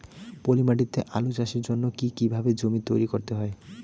পলি মাটি তে আলু চাষের জন্যে কি কিভাবে জমি তৈরি করতে হয়?